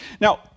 Now